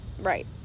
Right